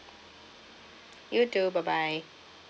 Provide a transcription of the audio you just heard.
you too bye bye